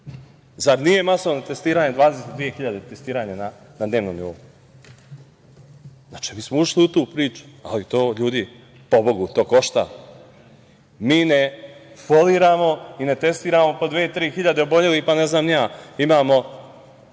nije masovno testiranje 22.000 testiranja na dnevnom nivou? Znači, mi smo ušli u tu priču, ali to, ljudi, pobogu, košta. Mi ne foliramo i ne testiramo po 2.000, 3.000 obolelih, pa ne znam ni ja, imamo